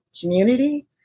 community